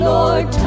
Lord